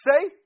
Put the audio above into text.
say